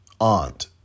aunt